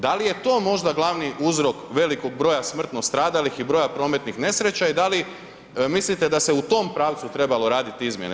Da li je to možda glavni uzrok velikog broja smrtno stradalih i broj prometnih nesreća i da li mislite da se u tom pravcu trebalo raditi izmjene?